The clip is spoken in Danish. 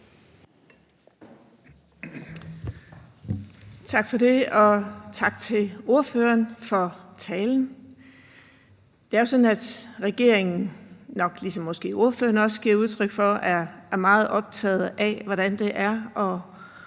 Tak for det, og tak til ordføreren for talen. Det er sådan, at regeringen, som ordføreren måske også giver udtryk for, er meget optaget af, hvordan det er at